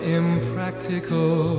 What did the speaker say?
impractical